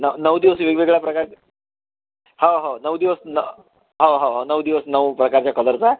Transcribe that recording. न नऊ दिवस वेगवेगळ्या प्रकारचं हो हो नऊ दिवस न हो हो हो नऊ दिवस नऊ प्रकारच्या कलरचा